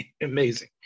amazing